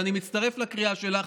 ואני מצטרף לקריאה שלך,